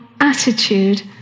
attitude